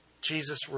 Jesus